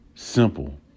Simple